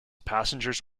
passengers